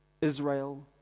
Israel